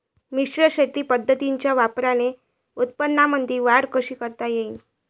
मिश्र शेती पद्धतीच्या वापराने उत्पन्नामंदी वाढ कशी करता येईन?